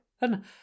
And